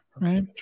right